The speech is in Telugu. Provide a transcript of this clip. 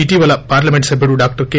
ఇటీవల పార్లమెంట్ సభ్యుడు డాక్టర్ కె